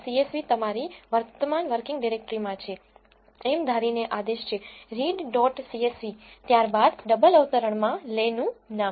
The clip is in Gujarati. csv તમારી વર્તમાન વર્કિંગ ડિરેક્ટરીમાં છે એમ ધારીને આદેશ છે રીડ ડોટ સીએસવી ત્યારબાદ ડબલ અવતરણમાં લેનું નામ